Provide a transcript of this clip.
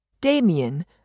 Damien